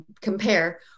compare